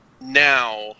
now